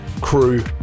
crew